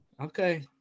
Okay